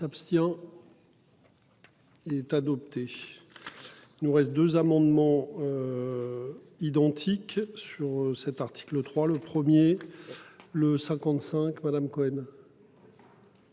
s'abstient. Il est adopté, il. Nous reste deux amendements. Identiques sur cet article 3, le 1er. Le 55 Madame Cohen.